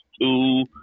two